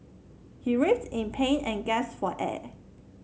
he writhed in pain and gasped for air